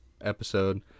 episode